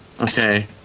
Okay